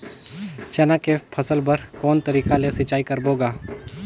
चना के फसल बर कोन तरीका ले सिंचाई करबो गा?